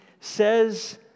says